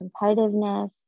competitiveness